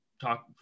talk